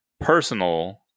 personal